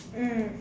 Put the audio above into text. mm